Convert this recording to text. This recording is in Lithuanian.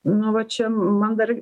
nu va čia man dar